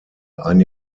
ein